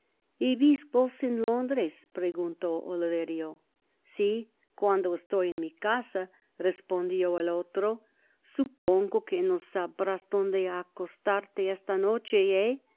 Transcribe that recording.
vos en londres preguntó oliverio t si coando esloy en mi casa respondió el otro supongo que no sabrás donde acostarte esta noche